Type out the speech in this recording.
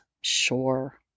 Sure